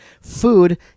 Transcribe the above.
food